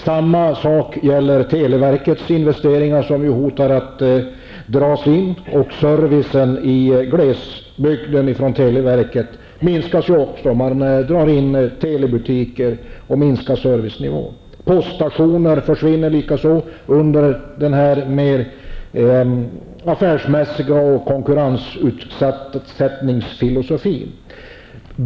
Samma sak gäller televerkets investeringar som man hotar att dra in. Televerkets service i glesbygden minskas ju också. Man drar in telebutiker och minskar servicenivån. Poststationer försvinner likaså under den här affärsmässiga konkurrensfilosofin.